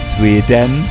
Sweden